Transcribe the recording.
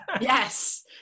Yes